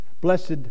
Blessed